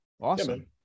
Awesome